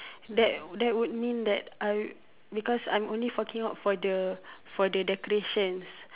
that that would mean that I because I'm only forking out for the for the decorations